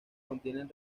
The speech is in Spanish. contienen